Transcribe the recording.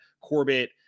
Corbett